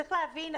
צריך להבין.